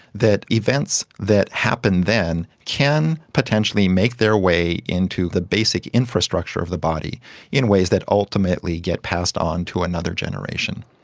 that events that happened then can potentially make their way into the basic infrastructure of the body in ways that ultimately get passed on to another generation.